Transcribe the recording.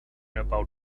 about